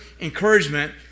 encouragement